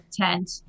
tent